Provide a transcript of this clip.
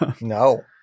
no